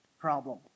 problem